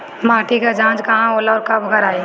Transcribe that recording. माटी क जांच कहाँ होला अउर कब कराई?